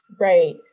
right